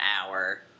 hour